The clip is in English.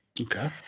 okay